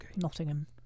Nottingham